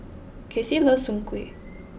Kasey loves Soon Kway